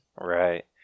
Right